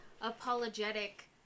apologetic